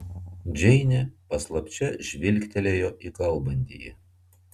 džeinė paslapčia žvilgtelėjo į kalbantįjį